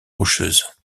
rocheuses